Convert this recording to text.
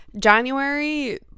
January